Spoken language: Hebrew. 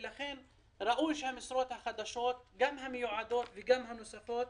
ראוי שבמשרות החדשות, גם המיועדות וגם הנוספות,